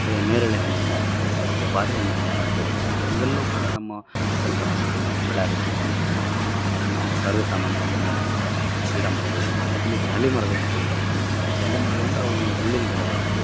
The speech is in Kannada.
ಬೆ ನೇರಳೆ ಹಣ್ಣಿನ ಮರ ಅಂತೇಳಿ ಬರುತ್ತೆ ಬಾರೆ ಹಣ್ಣಿನ ಮರ ಅಂತೇಳಿ ಬರುತ್ತೆ ಇವೆಲ್ಲವೂ ಕೂಡ ನಮ್ಮ ಉತ್ತರ ಕರ್ನಾಟಕದಲ್ಲಿ ನಮ್ಮ ಬಳ್ಳಾರಿ ಜಿಲ್ಲೆಯಲ್ಲಿ ನಾವು ಸರ್ವೇ ಸಾಮಾನ್ಯವಾಗಿ ನೋಡುವಂತಹ ಗಿಡ ಮರಗಳು ಇಲ್ಲಿ ಜಾಲಿ ಮರಗಳು ಅಂತೇಳಿ ಬರ್ತವೆ ನಮ್ಮಲ್ಲಿ ಜಾಲಿ ಮರಗಳು ಅಂದ್ರೆ ಅವನ್ ಮುಳ್ಳಿನ ಗಿಡಗಳು ಅವು